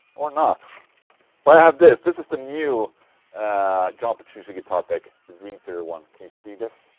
or not but i have this, this is the new john petrucci guitar pick the dream theater one, can you see this?